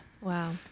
Wow